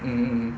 mmhmm